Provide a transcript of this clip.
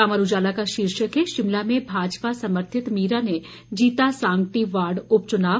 अमर उजाला का शीर्षक है शिमला में भाजपा समर्थित मीरा ने जीता सांगटी वार्ड उप चुनाव